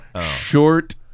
Short